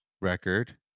Record